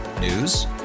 News